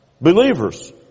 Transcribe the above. believers